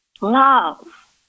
Love